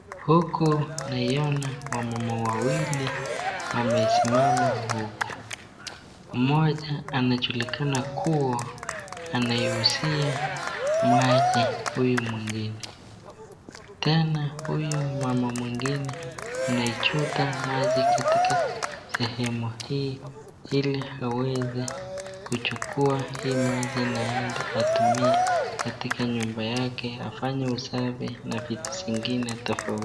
Huku naiona wamama wawili wamesimama huku. mmoja anajulikana kama kuwa anayeuzia maji huyu mwingine. Tena huyu mama mwingine anaichota maji katika sehemu hii ili aweze kuchukua hii maji na aende atumie katika nyumba yake afanye usafi na vitu zingine tofauti.